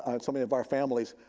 and so many of our families,